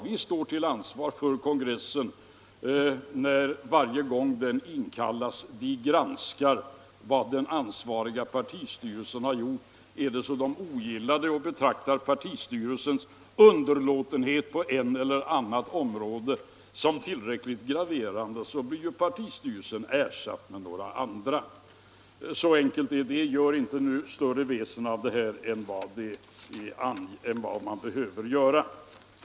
Vi får stå till svars inför kongressen varje gång den inkallas. Den granskar vad den ansvariga partistyrelsen har gjort. Ogillar den det och betraktar den partistyrelsens underlåtenhet på ett eller annat område som tillräckligt graverande, blir partistyrelsens ledamöter ersatta med andra. Så enkelt är det. Gör inte större väsen av detta än nödvändigt!